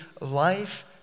life